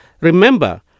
Remember